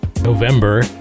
November